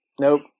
Nope